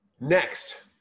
Next